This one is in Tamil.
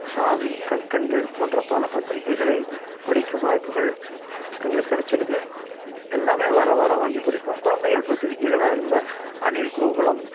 சாவி கல்கண்டு போன்ற பல பத்திரிக்கைகளை படிக்கும் வாய்ப்புகள் எங்களுக்குக் கெடைச்சிருக்கு எல்லாம் வாரம் வாரம் வாங்கி படிப்போம் குழந்தைகள் பத்திரிக்கைகளாக இருந்தால் அணில் கோகுலம்